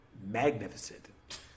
magnificent